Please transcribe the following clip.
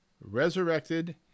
resurrected